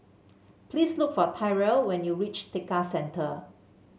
please look for Tyrell when you reach Tekka Centre